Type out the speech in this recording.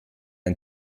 ein